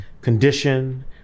condition